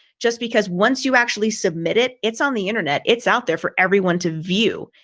just because once you actually submit it, it's on the internet, it's out there for everyone to view.